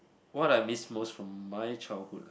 what I miss most from my childhood